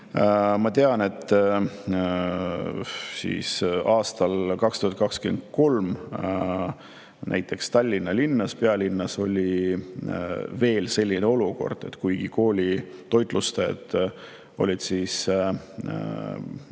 Ma tean, et aastal 2023 näiteks Tallinna linnas, pealinnas, oli selline olukord, et koolitoitlustajad olid mures,